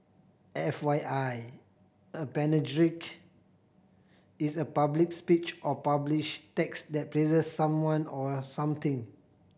F Y I a panegyric is a public speech or published text that praises someone or something